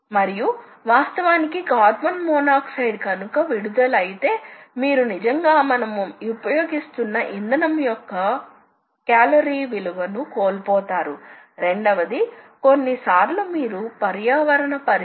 కాబట్టి circle clock vice లో లేదా వ్యతిరేక యాంటీ క్లాక్ వైస్ లో గీయాలా వద్దా అని ప్రస్తావించాల్సిన అవసరం ఉంది